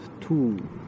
two